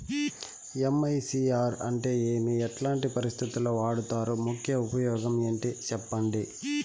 MICR అంటే ఏమి? ఎట్లాంటి పరిస్థితుల్లో వాడుతారు? ముఖ్య ఉపయోగం ఏంటి సెప్పండి?